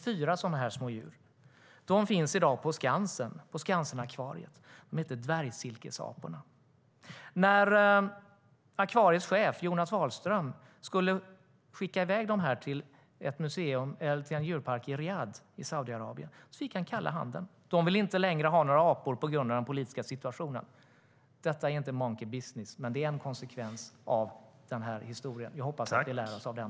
Fyra sådana små djur finns i dag på Skansenakvariet. Djuret heter dvärgsilkesapa. När akvariets chef Jonas Wahlström skulle skicka i väg dem till en djurpark i Riyadh i Saudiarabien fick han kalla handen. Man vill inte längre ha några apor på grund av den politiska situationen. Det är inte monkey business, men det är en konsekvens av den här historien. Jag hoppas att vi lär oss av den.